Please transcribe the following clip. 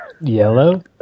Yellow